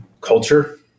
culture